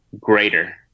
greater